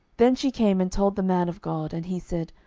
then she came and told the man of god. and he said,